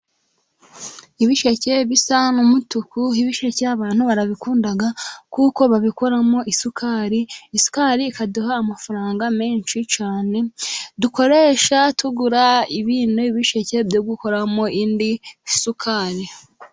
Ibisheke bisa n'umutuku, ibisheke abantu barabikunda, kuko babikoramo isukari, isukari ikaduha amafaranga menshi cyane dukoresha tugura ibindi bisheke byo gukoramo indi sukari.